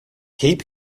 keep